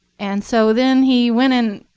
and so then he went and